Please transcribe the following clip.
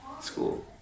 School